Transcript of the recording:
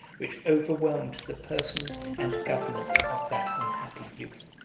which overwhelmed the person and government of that unhappy youth.